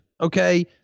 Okay